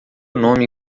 nome